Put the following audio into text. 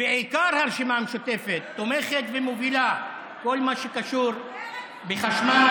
בעיקר הרשימה המשותפת תומכת ומובילה בכל מה שקשור בחשמל,